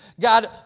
God